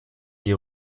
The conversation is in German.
die